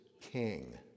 king